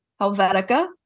Helvetica